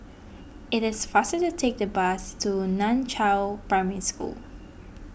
it is faster to take the bus to Nan Chiau Primary School